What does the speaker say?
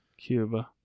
Cuba